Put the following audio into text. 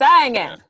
Singing